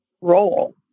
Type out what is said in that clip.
role